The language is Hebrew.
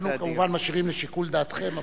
אנחנו כמובן משאירים לשיקול דעתכם.